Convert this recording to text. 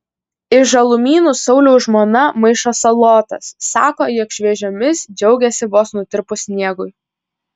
iš žalumynų sauliaus žmona maišo salotas sako jog šviežiomis džiaugiasi vos nutirpus sniegui